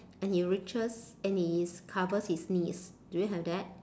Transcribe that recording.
and he reaches and is covers his knees do you have that